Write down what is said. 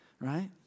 right